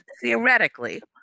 theoretically